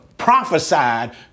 prophesied